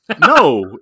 No